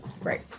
right